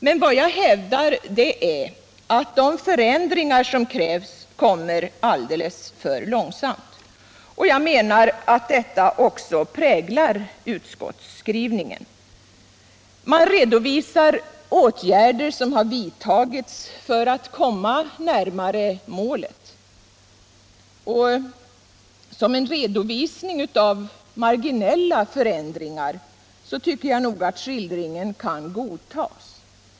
Men vad jag hävdar är att de förändringar som krävs kommer alldeles för långsamt, och jag menar att detta också präglar utskottsskrivningen. Man redovisar åtgärder som har vidtagits för att komma närmare målet. Som en redovisning av marginella förändringar kan skildringen godtas.